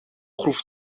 groef